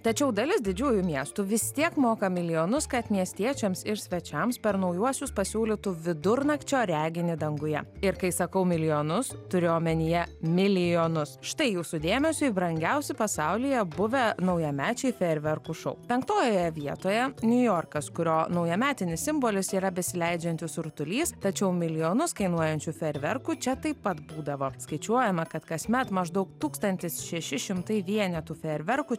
tačiau dalis didžiųjų miestų vis tiek moka milijonus kad miestiečiams ir svečiams per naujuosius pasiūlytų vidurnakčio reginį danguje ir kai sakau milijonus turiu omenyje milijonus štai jūsų dėmesiui brangiausi pasaulyje buvę naujamečiai fejerverkų šou penktojoje vietoje niujorkas kurio naujametinis simbolis yra besileidžiantis rutulys tačiau milijonus kainuojančių fejerverkų čia taip pat būdavo skaičiuojama kad kasmet maždaug tūkstantis šeši šimtai vienetų fejerverkų